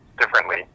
differently